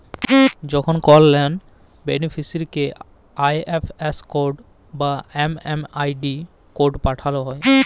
যখন কল লন বেনিফিসিরইকে আই.এফ.এস কড বা এম.এম.আই.ডি কড পাঠাল হ্যয়